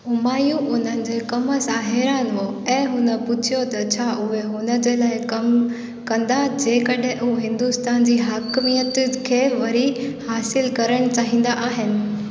हुमायूँ उन्हनि जे कम सां हैरान हो ऐं हुन पुछियो त छा उहे हुन जे लाइ कम कंदा जेकड॒हिं उहे हिंदुस्तान जी हकमियति खे वरी हासिलु करणु चाहींदा आहिनि